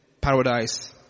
Paradise